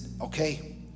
okay